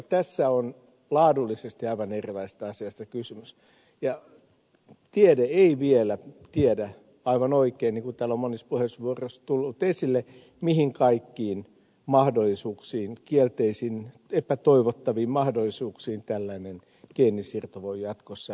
tässä on laadullisesti aivan erilaisesta asiasta kysymys ja tiede ei vielä tiedä aivan oikein niin kuin täällä on monessa puheenvuorossa tullut esille mihin kaikkiin kielteisiin epätoivottaviin mahdollisuuksiin tällainen geenisiirto voi jatkossa aina johtaa